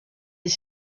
est